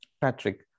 Patrick